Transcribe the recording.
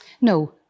No